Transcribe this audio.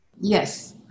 Yes